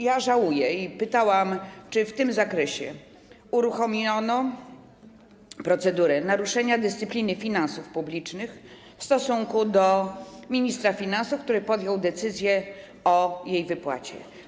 Ja żałuję i pytałam, czy w tym zakresie uruchomiono procedurę naruszenia dyscypliny finansów publicznych w stosunku do ministra finansów, który podjął decyzję o jej wypłacie.